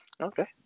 okay